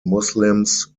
muslims